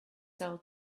sell